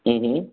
हम्म